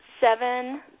Seven